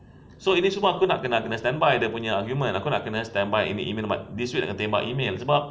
so ini semua aku nak kena standby dia punya argument aku nak kena standby any email dapat nak kena tembak email sebab